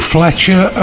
Fletcher